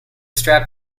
strap